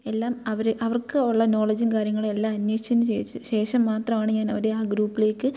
എല്ലാം അവർ അവർക്കുള്ള നോളജും കാര്യങ്ങളും എല്ലാം അന്വേഷിച്ചതിനു ശേഷം മാത്രമാണ് ഞാൻ അവരെ ആ ഗ്രൂപ്പിലേക്ക്